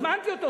הזמנתי אותו.